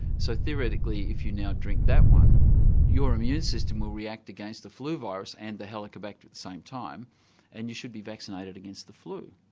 so theoretically if you now drink that one your immune system will react against the flu virus and the helicobacter at the same time and you should be vaccinated against the flu.